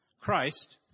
Christ